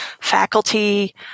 faculty